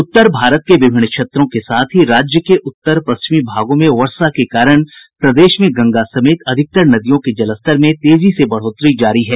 उत्तर भारत के विभिन्न क्षेत्रों के साथ ही राज्य के उत्तर पश्चिमी भागों में वर्षा के कारण प्रदेश में गंगा समेत अधिकतर नदियों के जलस्तर में तेजी से बढ़ोतरी जारी है